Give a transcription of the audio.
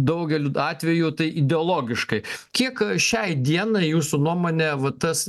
daugeliu atvejų tai ideologiškai kiek šiai dienai jūsų nuomone va tas